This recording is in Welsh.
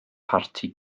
parti